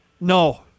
No